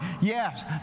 Yes